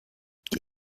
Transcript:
die